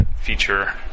feature